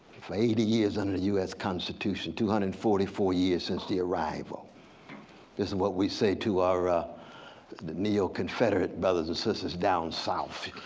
for eighty years under the u s. constitution, two hundred and forty four years since the arrival. this is what we say to our neo-confederate brothers and sisters down south.